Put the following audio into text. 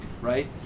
right